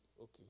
okay